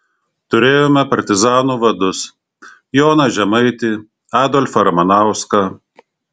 turėjome partizanų vadus joną žemaitį adolfą ramanauską